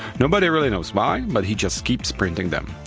nobody really knows why, but he just keeps printing them.